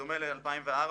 בדומה לשנת 2004,